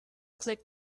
click